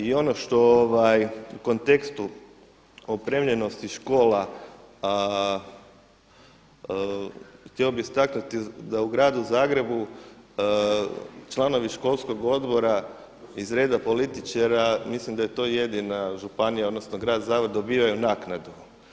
I ono što u kontekstu opremljenosti škola htio bih istaknuti da u Gradu Zagrebu članovi školskog odbora iz reda političara mislim da je to jedina županija odnosno Grad Zagreb dobivaju naknadu.